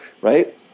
right